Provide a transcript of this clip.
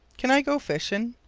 can i go fishing?